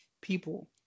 people